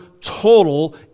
total